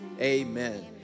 Amen